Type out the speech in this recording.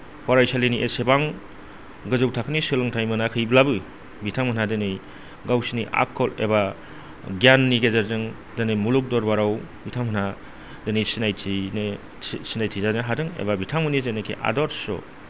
फरायसालिनि एसेबां गोजौ थाखोनि सोलोंथाय मोनाखैब्लाबो बिथांमोनहा दिनै गावसोरनि आखल एबा गियाननि गेजेरजों दिनै मुलुग दरबाराव बिथांमोनहा दिनै सिनायथियैनो सिनायथि जानो हादों एबा बिथांमोननि जेनोखि आदर्श